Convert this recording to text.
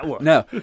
No